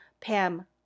Pam